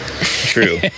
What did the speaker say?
True